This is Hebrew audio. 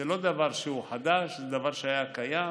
זה לא דבר שהוא חדש, זה דבר שהיה קיים